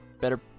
better